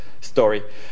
story